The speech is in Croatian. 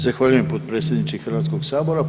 Zahvaljujem potpredsjedniče HS-a.